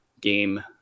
game